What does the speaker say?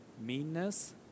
Meanness